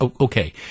okay